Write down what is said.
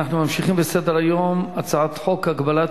אנחנו ממשיכים בסדר-היום: הצעת חוק הגבלת